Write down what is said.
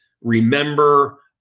remember